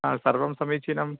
सर्वं समीचीनं